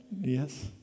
yes